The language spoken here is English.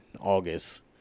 august